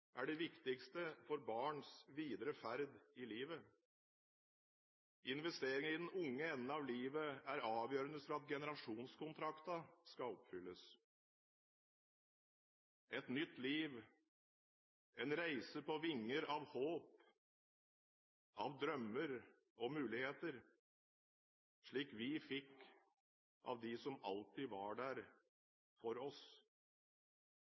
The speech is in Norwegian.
er det viktigste for barns videre ferd i livet. Investeringene i den unge enden av livet er avgjørende for at generasjonskontrakten skal oppfylles. Et nytt liv en reise på vinger av håp – av drømmer og muligheter. Slik vi fikk av de som alltid var der – for oss.